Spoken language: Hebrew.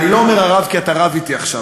אני לא אומר "הרב" כי אתה רב אתי עכשיו,